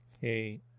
Hey